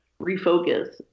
refocus